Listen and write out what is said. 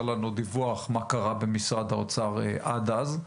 לנו דיווח מה קרה במשרד האוצר עד אז,